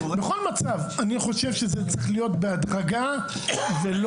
בכל מצב אני חושב שזה צריך להיות בהדרגה ולא